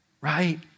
Right